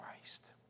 Christ